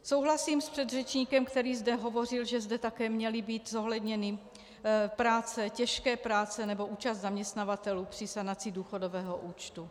Souhlasím s předřečníkem, který zde hovořil, že zde také měly být zohledněny těžké práce nebo účast zaměstnavatelů při sanaci důchodového účtu.